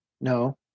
No